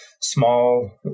small